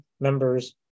members